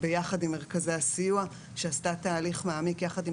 יחד עם מרכזי הסיוע שעשתה תהליך מעמיק יחד עם